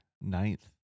ninth